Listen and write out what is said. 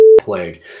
plague